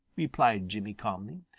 replied jimmy calmly.